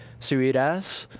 so, you eat ass?